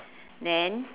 then